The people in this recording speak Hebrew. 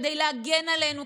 כדי להגן עלינו,